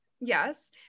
yes